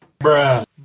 Bruh